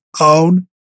own